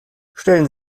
stellen